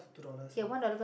two dollars lah